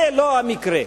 זה לא המקרה.